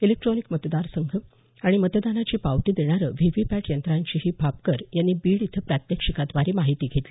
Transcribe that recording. electronic मतदान यंत्र आणि मतदानाची पावती देणारं व्ही व्ही पॅट यंत्राचीही भापकर यांनी बीड इथं प्रात्याक्षिकाव्दारे माहिती घेतली